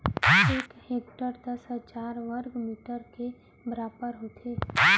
एक हेक्टर दस हजार वर्ग मीटर के बराबर होथे